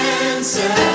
answer